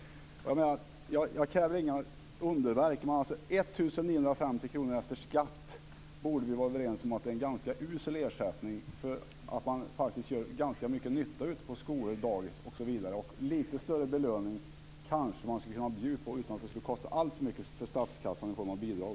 Jag kräver inga underverk, men vi borde vara överens om att 1 950 kr efter skatt är en ganska usel ersättning. Ungdomarna gör faktiskt ganska mycket nytta ute på skolor, dagis osv. Litet större belöning skulle man kanske kunna bjuda på utan att det skulle kosta alltför mycket för statskassan i form av bidrag.